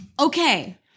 okay